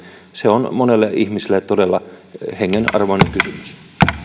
se on monelle ihmiselle todella hengen arvoinen kysymys